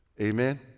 Amen